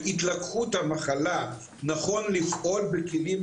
שבעבר המענה ניתן על ידי משרד הבריאות.